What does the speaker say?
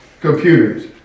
computers